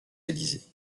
élysées